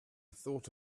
thought